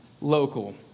local